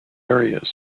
areas